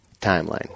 timeline